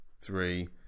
three